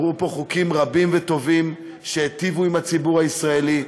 עברו פה חוקים רבים וטובים שהיטיבו עם הציבור הישראלי,